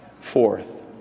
Fourth